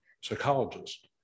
psychologist